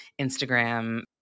Instagram